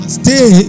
stay